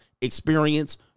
experience